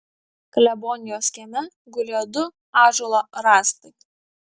klebonijos kieme gulėjo du ąžuolo rąstai